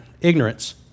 ignorance